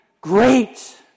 great